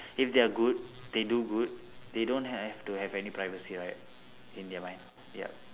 if they are good they do good they don't have to have any privacy right in their mind yup